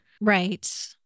Right